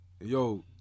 Yo